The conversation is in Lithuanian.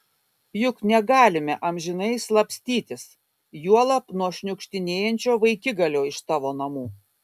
juk negalime amžinai slapstytis juolab nuo šniukštinėjančio vaikigalio iš tavo namų